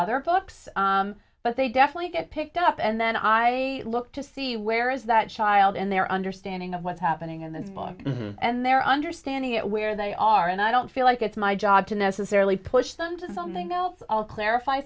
other books but they definitely get picked up and then i look to see where is that child and their understanding of what's happening and then and they're understanding it where they are and i don't feel like it's my job to necessarily push them to something else all clarify